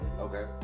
Okay